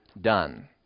done